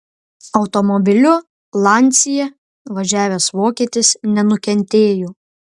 automobiliu lancia važiavęs vokietis nenukentėjo